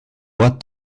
what